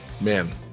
man